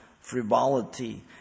frivolity